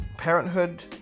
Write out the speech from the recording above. parenthood